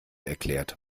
erklärt